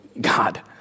God